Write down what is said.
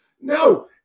No